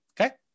Okay